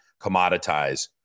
commoditize